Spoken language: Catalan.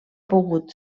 pogut